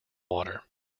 water